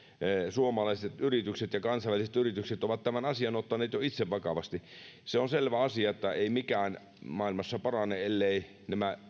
suomalaiset yritykset ja kansainväliset yritykset ovat tämän asian ottaneet jo itse vakavasti se on selvä asia että ei mikään maailmassa parane elleivät